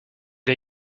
est